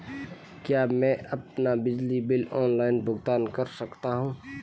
क्या मैं अपना बिजली बिल ऑनलाइन भुगतान कर सकता हूँ?